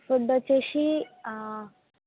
food వచ్చేసి